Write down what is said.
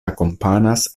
akompanas